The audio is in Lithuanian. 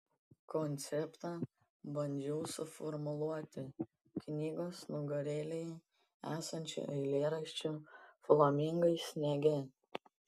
konceptą bandžiau suformuluoti knygos nugarėlėje esančiu eilėraščiu flamingai sniege